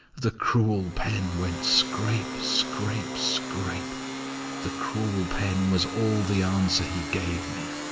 the cruel pen went scrape, scrape, scrape the cruel pen was all the answer he gave me.